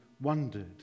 wondered